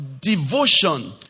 devotion